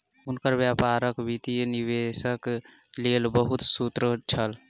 हुनकर व्यापारक वित्तीय निवेशक लेल बहुत सूत्र छल